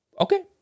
okay